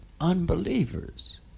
unbelievers